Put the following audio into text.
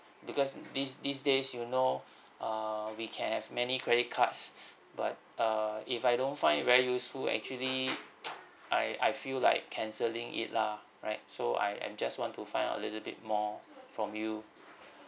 because these these days you know uh we can have many credit cards but uh if I don't find it very useful actually I I feel like cancelling it lah right so I I just want to find out a little bit more from you